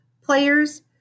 players